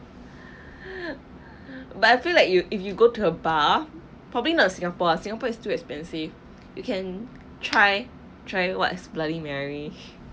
but I feel like you if you go to a bar probably not in singapore lah singapore is too expensive you can try try what is bloody mary